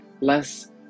less